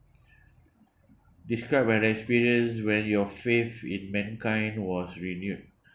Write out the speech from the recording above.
describe an experience when your faith in mankind was renewed